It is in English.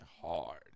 hard